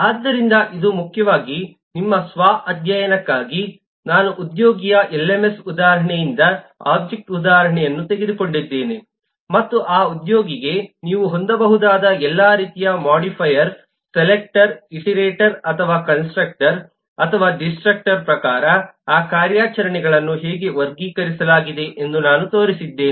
ಆದ್ದರಿಂದ ಇದು ಮುಖ್ಯವಾಗಿ ನಿಮ್ಮ ಸ್ವ ಅಧ್ಯಯನಕ್ಕಾಗಿ ನಾನು ಉದ್ಯೋಗಿಯ ಎಲ್ಎಂಎಸ್ ಉದಾಹರಣೆಯಿಂದ ಒಬ್ಜೆಕ್ಟ್ ಉದಾಹರಣೆಯನ್ನು ತೆಗೆದುಕೊಂಡಿದ್ದೇನೆ ಮತ್ತು ಆ ಉದ್ಯೋಗಿಗೆ ನೀವು ಹೊಂದಬಹುದಾದ ಎಲ್ಲ ರೀತಿಯ ಮೊಡಿಫೈಯರ್ ಸೆಲೆಕ್ಟರ್ ಇಟರೇಟರ್ ಅಥವಾ ಕನ್ಸ್ಟ್ರಕ್ಟರ್ ಅಥವಾ ಡಿಸ್ಟ್ರಕ್ಟರ್ ಪ್ರಕಾರ ಆ ಕಾರ್ಯಾಚರಣೆಗಳನ್ನು ಹೇಗೆ ವರ್ಗೀಕರಿಸಲಾಗಿದೆ ಎಂದು ನಾನು ತೋರಿಸಿದ್ದೇನೆ